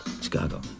Chicago